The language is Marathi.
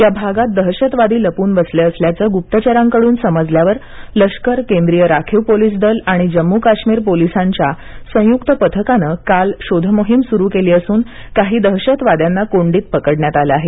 या भागात दहशतवादी लपून बसले असल्याचं गुप्तचरांकडून समजल्यावर लष्कर केंद्रीय राखीव पोलीस दल आणि जम्मू काश्मीर पोलिसांच्या संयुक्त पथकानं काल इथं शोधमोहीम सुरू केली असून काही दहशतवाद्यांना कोंडीत पकडण्यात आलं आहे